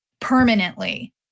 permanently